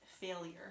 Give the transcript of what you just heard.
failure